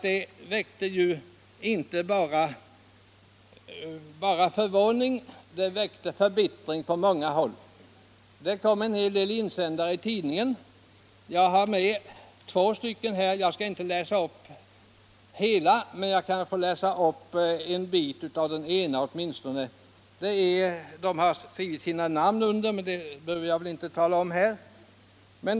Det väckte inte bara förvåning utan förbittring på många håll. Det blev en hel del insändare i tidningarna. Jag har med två av dem här. Jag skall inte läsa upp bägge två, men jag vill läsa upp åtminstone en bit av den ena. Den är undertecknad, men jag behöver inte här nämna namnen.